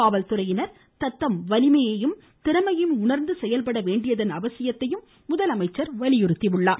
காவல்துறையினர் தத்தம் வலிமையையும் திறமையையும் உணர்ந்து செயல்பட வேண்டியதன் அவசியத்தை அவர் வலியுறுத்தினார்